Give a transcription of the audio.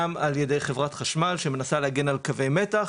גם על ידי חברת חשמל שמנסה להגן על קווי מתח,